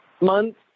months